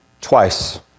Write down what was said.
Twice